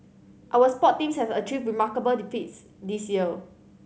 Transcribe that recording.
our sport teams have achieved remarkable the feats this year